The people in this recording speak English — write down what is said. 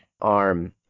arm